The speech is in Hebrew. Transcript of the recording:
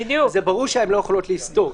זה ברור שהן לא יכולות לסתור.